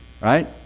right